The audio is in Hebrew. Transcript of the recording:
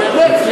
אבל באמת,